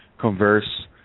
converse